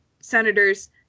senators